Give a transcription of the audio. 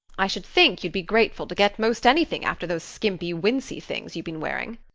i should think you'd be grateful to get most anything after those skimpy wincey things you've been wearing.